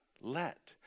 let